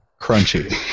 crunchy